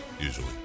Usually